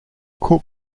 cook